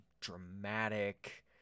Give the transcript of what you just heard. dramatic